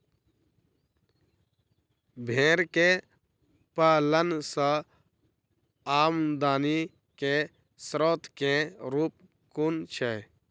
भेंर केँ पालन सँ आमदनी केँ स्रोत केँ रूप कुन छैय?